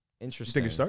Interesting